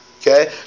okay